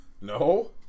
no